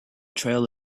trail